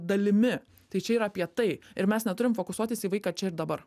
dalimi tai čia yra apie tai ir mes neturim fokusuotis į vaiką čia ir dabar